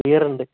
ബിയറുണ്ട്